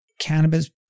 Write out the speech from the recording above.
cannabis